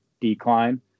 decline